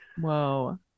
Whoa